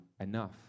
enough